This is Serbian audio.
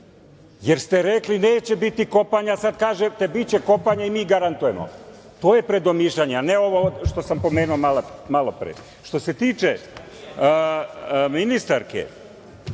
jer ste rekli – neće biti kopanja, a sad kažete – biće kopanja i mi garantujemo. To je predomišljanje, a ne ovo što sam pomenuo malopre. Što se tiče ministarke,